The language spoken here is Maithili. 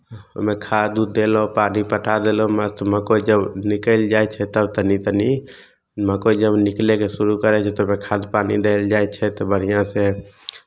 तऽ ओहिमे खाद उद देलहुँ पानि पटा देलहुँ मस्त मक्कइ जब निकलि जाइ छै तब तनि तनि मक्कइ जब निकलयके शुरू करै छै तऽ ओकरा खाद पानि देल जाइ छै तऽ बढ़िआँसँ